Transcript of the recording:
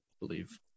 believe